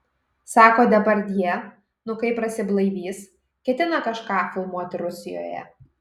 sako depardjė nu kai prasiblaivys ketina kažką filmuoti rusijoje